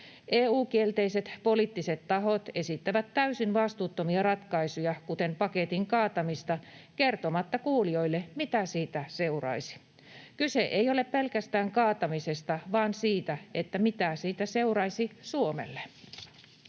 EU-kielteiset poliittiset tahot esittävät täysin vastuuttomia ratkaisuja, kuten paketin kaatamista, kertomatta kuulijoille, mitä siitä seuraisi. Kyse ei ole pelkästään kaatamisesta, vaan siitä, mitä siitä seuraisi Suomelle.